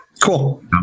cool